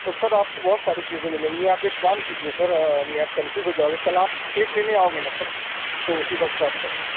تو سر آپ کو بہت ساری چیزیں ملیں گی آپ ایک کام کیجیے سر نہیں آپ کنفیوز ہو جاؤ گے کل آپ کیک لینے آؤ گے نا سر تو اسی وقت آپ کر لینا